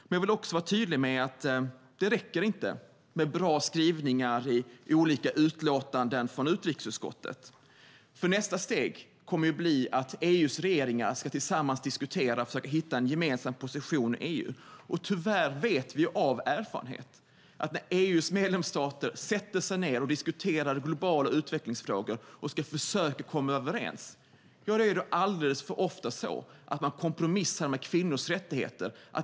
Men jag vill också vara tydlig med att det inte räcker med bra skrivningar i olika utlåtanden från utrikesutskottet. Nästa steg är ju att EU:s regeringar tillsammans ska diskutera och försöka hitta en gemensam position i EU, och tyvärr vet vi av erfarenhet att när EU:s medlemsstater sätter sig ned och diskuterar globala utvecklingsfrågor och ska försöka komma överens är det alldeles för ofta så att man kompromissar med kvinnors rättigheter.